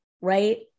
right